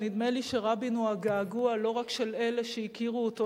ונדמה לי שרבין הוא הגעגוע לא רק של אלה שהכירו אותו,